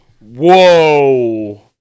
Whoa